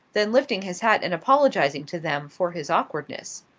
then lifting his hat and apologizing to them for his awkwardness.